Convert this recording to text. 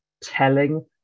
Telling